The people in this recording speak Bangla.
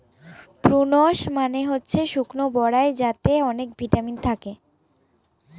প্রূনস মানে হচ্ছে শুকনো বরাই যাতে অনেক ভিটামিন থাকে